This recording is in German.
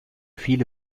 viele